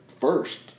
first